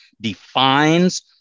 defines